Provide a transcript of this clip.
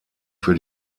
für